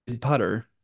putter